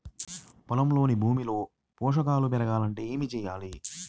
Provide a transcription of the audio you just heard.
పొలంలోని భూమిలో పోషకాలు పెరగాలి అంటే ఏం చేయాలి?